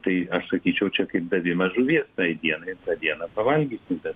tai aš sakyčiau čia kaip davimas žuvies tai dienai ir tą dieną pavalgysi bet